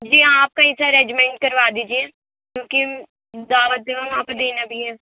جی آپ کہیں سے ارینجمینٹ کروا دیجئے کیونکہ دعوت جو ہے وہاں پہ دینا بھی ہے